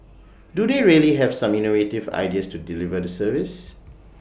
do they really have some innovative ideas to deliver the service